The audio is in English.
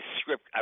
script